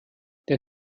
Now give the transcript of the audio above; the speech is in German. der